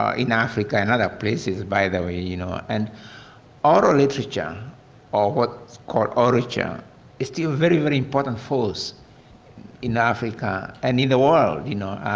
ah in africa and other places by the way, you know and oral literature or what is called orature is still a very, very important force in africa and in the world, you know,